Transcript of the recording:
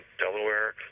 Delaware